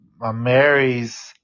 Mary's